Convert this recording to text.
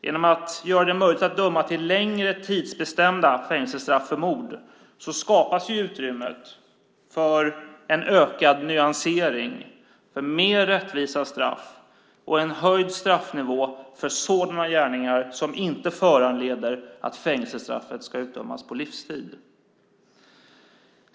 Genom att göra det möjligt att döma till längre tidsbestämda fängelsestraff för mord skapas ju utrymme för en ökad nyansering, mer rättvisa straff och en höjd straffnivå för sådana gärningar som inte föranleder att fängelsestraffet utdöms på livstid.